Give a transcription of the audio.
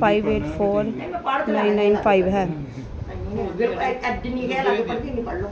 five eight four nine nine five ਹੈ